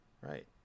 Right